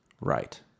Right